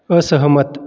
असहमत